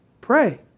Pray